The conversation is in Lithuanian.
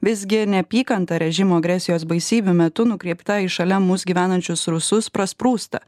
visgi neapykanta režimo agresijos baisybių metu nukreipta į šalia mus gyvenančius rusus prasprūsta